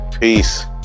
Peace